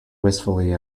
wistfully